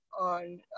on